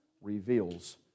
reveals